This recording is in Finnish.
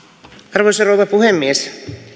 arvoisa rouva puhemies